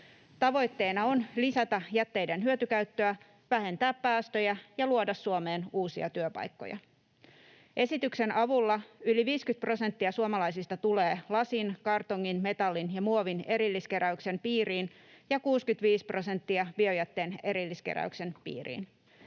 Tavoitteena on lisätä jätteiden hyötykäyttöä, vähentää päästöjä ja luoda Suomeen uusia työpaikkoja. Esityksen avulla yli 50 prosenttia suomalaisista tulee lasin, kartongin, metallin ja muovin erilliskeräyksen piiriin ja 65 prosentti biojätteen erilliskeräyksen piiriin.